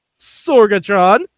Sorgatron